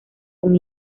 con